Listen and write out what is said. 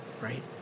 right